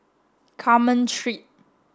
Carmen Street